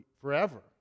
forever